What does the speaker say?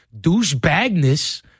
douchebagness